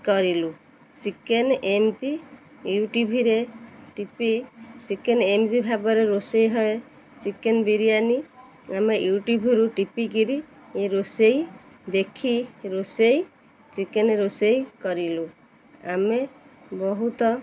କରିଲୁ chicken ଏମିତି ୟୁଟ୍ୟୁବ୍ରେ ଟିପି ଚିକେନ୍ ଏମିତି ଭାବରେ ରୋଷେଇ ହୁଏ ଚିକେନ୍ ବିରିୟାନୀ ଆମେ ୟୁଟ୍ୟୁବ୍ରୁ ଟିପି କରି ରୋଷେଇ ଦେଖି ରୋଷେଇ ଚିକେନ୍ ରୋଷେଇ କରିଲୁ ଆମେ ବହୁତ